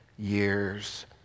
years